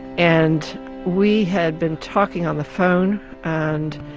and we had been talking on the phone and